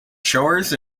shores